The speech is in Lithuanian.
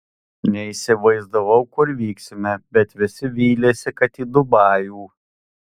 neįsivaizdavau kur vyksime bet visi vylėsi kad į dubajų